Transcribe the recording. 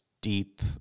deep